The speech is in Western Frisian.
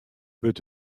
wurdt